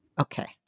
Okay